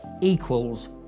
equals